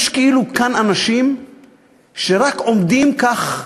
יש כאן כאילו אנשים שרק עומדים כך,